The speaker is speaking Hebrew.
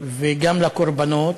וגם לקורבנות.